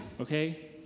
okay